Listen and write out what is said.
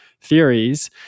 theories